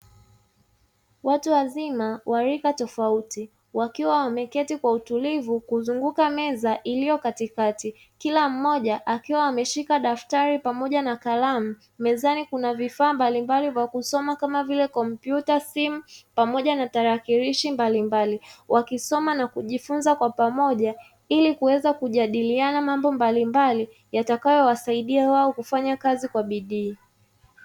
Watu wazima wa rika tofauti wakiwa wameketi kwa utulivu kuzunguka meza iliyo katikati kila mmoja akiwa ameshika daftari pamoja na kalamu mezani kuna vifaa mbalimbali vya kusoma kama vile kompyuta simu pamoja na tarakilishi mbalimbali wakisoma na kujifunza kwa pamoja ili kuweza kujadiliana mambo mbalimbali yatakayowasaidia wao kufanya kazi kwa bidii.